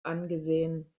angesehen